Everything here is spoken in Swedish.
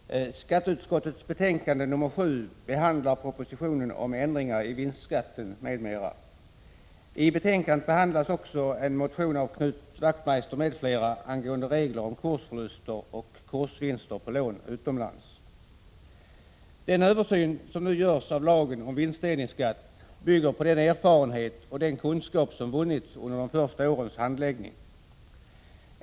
Herr talman! Skatteutskottets betänkande nr 7 behandlar propositionen om ändringar i vinstdelningsskatten, m.m. I betänkandet behandlas också en motion av Knut Wachtmeister m.fl., angående regler om kursförluster och kursvinster på lån utomlands. Den översyn som nu görs av lagen om vinstdelningsskatt bygger på den erfarenhet och den kunskap som vunnits under de första årens handläggning.